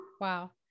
Wow